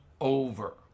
over